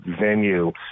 venue